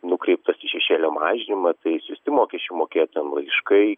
nukreipus į šešėlio mažinimą tai išsiųsti mokesčių mokėtojų laiškai